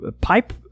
pipe